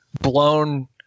blown